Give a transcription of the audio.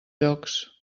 llocs